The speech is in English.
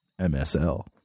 MSL